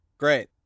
Great